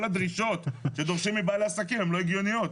הדרישות שדורשים מבעלי עסקים הן לא הגיוניות.